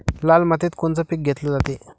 लाल मातीत कोनचं पीक घेतलं जाते?